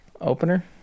Opener